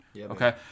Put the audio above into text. Okay